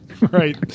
Right